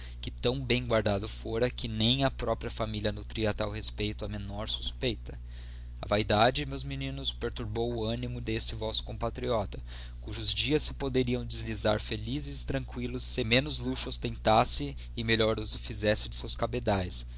que táo bem guardado fora que nem a própria femilia nutria a tal respeito a menor suspeita a vaidade meus meninos perturbou o animo deste vosso compatriota cujos dias se poderiam deslizar felizes e tranquillos se menos luxo ostentasse e melhor uso fizesse de seus cabedaes